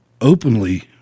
openly